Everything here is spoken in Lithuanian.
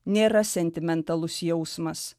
nėra sentimentalus jausmas